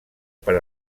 per